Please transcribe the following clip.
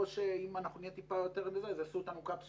שנושאים בנטל ולא מקבלים את העזרה שהם צריכים לקבל.